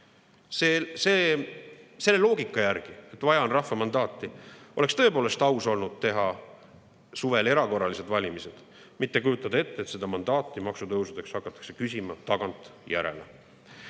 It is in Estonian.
head sõbrad. Selle loogika järgi, et vaja on rahva mandaati, oleks tõepoolest olnud aus teha suvel erakorralised valimised, mitte kujutada ette, et seda mandaati maksutõusudeks hakatakse küsima tagantjärele.